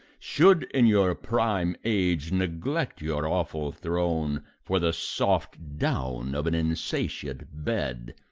should in your prime age neglect your awful throne for the soft down of an insatiate bed.